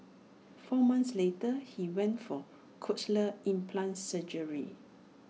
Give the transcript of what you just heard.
four months later he went for cochlear implant surgery